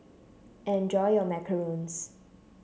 enjoy your Macarons